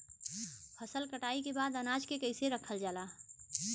फसल कटाई के बाद अनाज के कईसे रखल जाला?